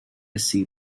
sea